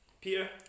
Peter